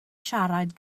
siarad